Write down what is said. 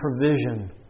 provision